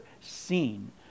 seen